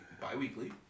bi-weekly